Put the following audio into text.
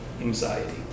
anxiety